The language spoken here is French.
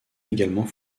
également